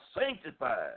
sanctified